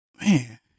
man